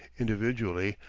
individually,